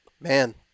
Man